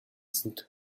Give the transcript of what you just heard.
sind